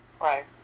Right